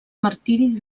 martiri